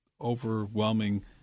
overwhelming